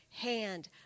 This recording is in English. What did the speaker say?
hand